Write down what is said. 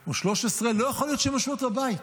או 2013. לא יכול להיות שהן יושבות בבית,